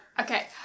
Okay